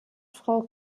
frau